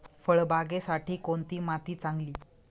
फळबागेसाठी कोणती माती चांगली?